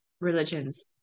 religions